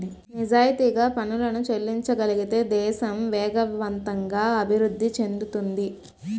నిజాయితీగా పనులను చెల్లించగలిగితే దేశం వేగవంతంగా అభివృద్ధి చెందుతుంది